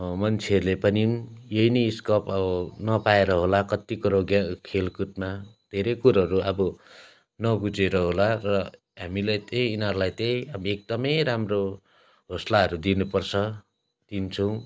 मान्छेहरूले पनि यही नै स्कोप अब नपाएर होला कत्ति कुरो गे खेलकुदमा धेरै कुरोहरू अब नबुझेर होला र हामीलाई चाहिँ यिनीहरूलाई चाहिँ हामी एकदमै राम्रो हौसलाहरू दिनुपर्छ दिन्छौँ